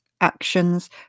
actions